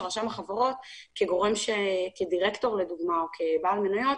רשם החברות כדירקטור לדוגמה או כבעל מניות,